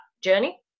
journey